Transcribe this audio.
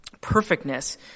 perfectness